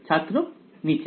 ছাত্র নিচে